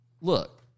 Look